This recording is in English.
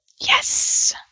Yes